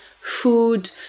food